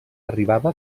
arribava